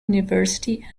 university